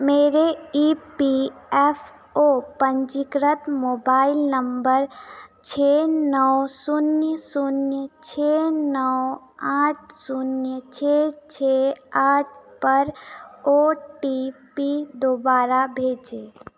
मेरे E P F O पंजीकृत mobile number छः नौ शून्य शून्य छः नौ आठ शून्य छः छः आठ पर ओ टी पी दोबारा भेजें